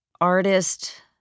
artist